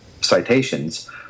citations